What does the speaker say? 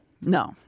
No